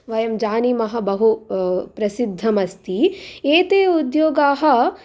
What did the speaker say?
वयं जानीमः बहु प्रसिद्धम् अस्ति एते उद्योगाः